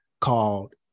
called